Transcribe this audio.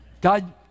God